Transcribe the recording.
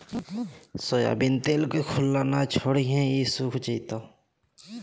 soybean तेल के खुल्ला न छोरीहें ई सुख जयताऊ